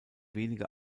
wenige